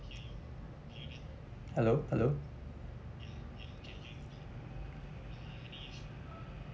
hello hello